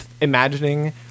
imagining